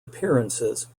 appearances